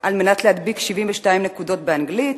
על מנת להדביק 72 נקודות באנגלית